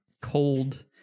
cold